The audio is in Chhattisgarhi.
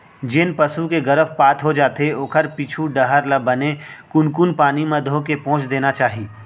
जेन पसू के गरभपात हो जाथे ओखर पीछू डहर ल बने कुनकुन पानी म धोके पोंछ देना चाही